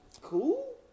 Cool